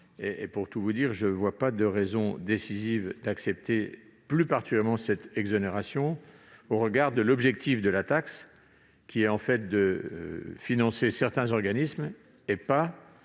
et, pour tout vous dire, je ne vois pas de raison décisive d'accepter cette exonération au regard de l'objectif de la taxe, qui est de financer certains organismes, et non